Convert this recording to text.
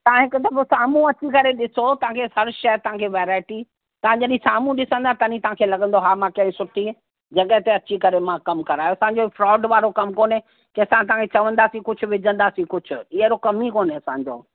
तव्हां हिक दफो साम्हूं अचे करे ॾिसो तव्हांखे हर शइ तव्हांखे वैरायटी तव्हां जॾहिं साम्हूं ॾिसंदा तॾहिं तव्हांखे लॻंदो हा मां कहिड़ी सुठी जॻह ते अची करे कम करायो असांजो फ्रॉड वारो कम कोन्हे की असां तव्हांखे चवंदासीं कुझु बि विझंदासीं कुझु ई अहिड़ो कम ई कोन्हे असांजो